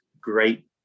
great